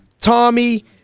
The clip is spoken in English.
Tommy